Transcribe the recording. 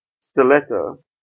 Stiletto